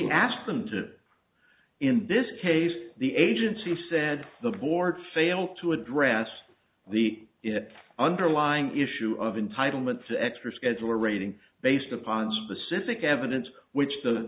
asked them to in this case the agency said the board fail to address the it underlying issue of entitlement to extra schedule or rating based upon specific evidence which the